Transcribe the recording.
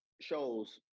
shows